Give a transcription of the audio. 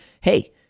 hey